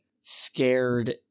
scared